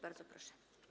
Bardzo proszę.